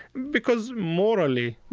because morally,